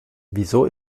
wieso